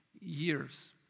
years